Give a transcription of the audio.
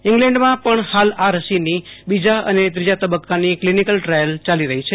ઈંગ્લેન્ડમાં પણ હાલ આ રસીની બીજા અને ત્રીજા તબક્કાની ક્લિનીકલ ટ્રાયલ ચાલી રહી છે